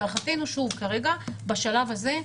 להערכתנו כרגע בשלב הזה,